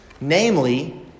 namely